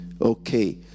Okay